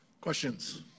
Questions